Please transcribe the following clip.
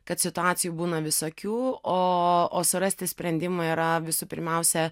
kad situacijų būna visokių o o surasti sprendimą yra visų pirmiausia